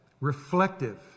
reflective